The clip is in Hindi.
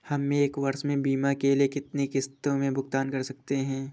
हम एक वर्ष में बीमा के लिए कितनी किश्तों में भुगतान कर सकते हैं?